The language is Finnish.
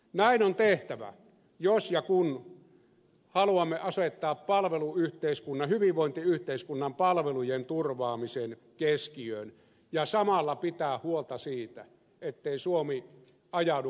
näin on tehtävä jos ja kun haluamme asettaa hyvinvointiyhteiskunnan palvelujen turvaamisen keskiöön ja samalla pitää huolta siitä ettei suomi ajaudu hallitsemattomaan velkakierteeseen